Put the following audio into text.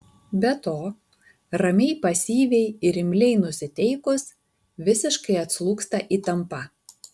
be to ramiai pasyviai ir imliai nusiteikus visiškai atslūgsta įtampa